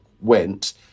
went